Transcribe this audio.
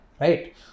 Right